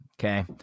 Okay